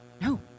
no